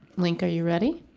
link, are you ready?